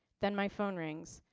then my phone rings.